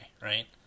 right